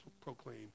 proclaim